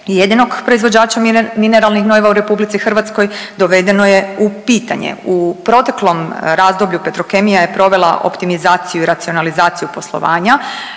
jedinog proizvođača mineralnih gnojiva u RH dovedeno je u pitanje. U proteklom razdoblju Petrokemija je provela optimizaciju i racionalizaciju poslovanja,